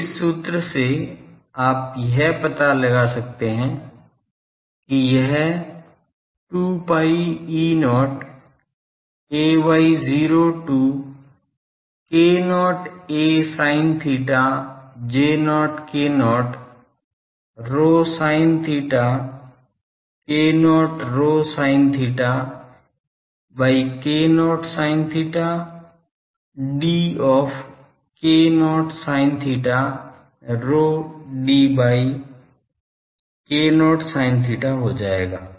तो इस सूत्र से आप यह पता लगा सकते हैं कि यह 2 pi E0 ay 0 to k0 a sin theta J0 k0 rho sin theta k0 rho sin theta by k0 sin theta d of k0 sin theta rho by k0 sin theta हो जाएगा